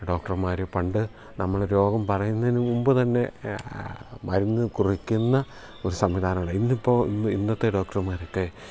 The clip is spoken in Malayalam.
ഡോക്ടർമാർ പണ്ട് നമ്മൾ രോഗം പറയുന്നതിന് മുമ്പ് തന്നെ മരുന്ന് കുറിക്കുന്ന ഒരു സംവിധാനമാണ് ഇന്നിപ്പോൾ ഇന്ന് ഇന്നത്തെ ഡോക്ടർമാരൊക്കെ